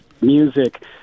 music